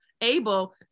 able